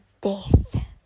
Death